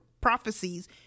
prophecies